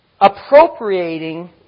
appropriating